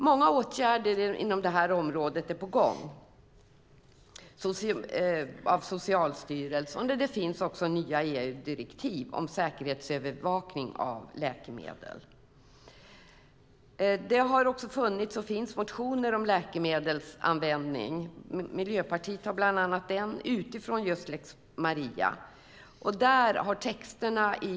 Många åtgärder inom det här området är på gång från Socialstyrelsen, och det finns också nya EU-direktiv om säkerhetsövervakning av läkemedel. Det finns motioner om läkemedelsanvändning - bland annat Miljöpartiet har en - utifrån just lex Maria, och vi föreslår en lex Gulli.